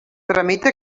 tramita